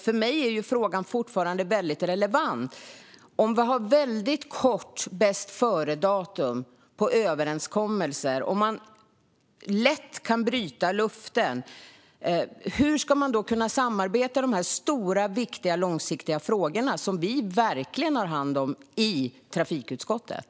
För mig är frågan därför väldigt relevant: Om man har väldigt kort bästföredatum på överenskommelser och lätt kan bryta löften, hur ska vi då kunna samarbeta i de stora, viktiga, långsiktiga frågor som vi har hand om i trafikutskottet?